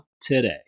today